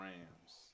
Rams